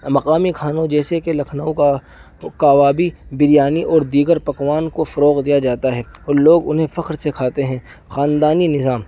مقامی کھانوں جیسے کہ لکھنؤ کا کبابی بریانی اور دیگر پکوان کو فروغ دیا جاتا ہے اور لوگ انہیں فخر سے کھاتے ہیں خاندانی نظام